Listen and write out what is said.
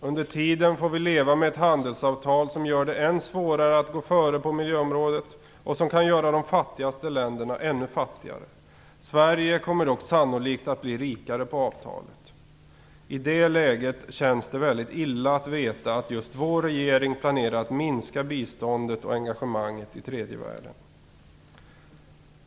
Under tiden får vi leva med ett handelsavtal som gör det än svårare att gå före på miljöområdet och som kan göra de fattigaste länderna ännu fattigare. Sverige kommer dock sannolikt att bli rikare på avtalet. I det läget känns det väldigt illa att veta att just vår regering planerar att minska biståndet och engagemanget i tredje världen.